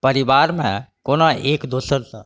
परिवारमे कोना एक दोसरके